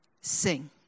sing